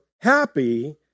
happy